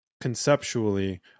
conceptually